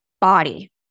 body